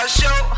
show